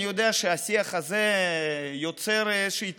אני יודע שהשיח הזה יוצר איזושהי התלהבות,